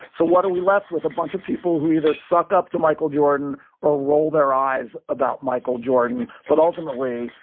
so what are we left with? a bunch of people who either suck up to michael jordan or roll their eyes about michael jordan. but ultimately,